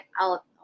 out